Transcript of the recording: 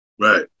Right